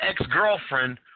ex-girlfriend